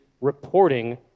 reporting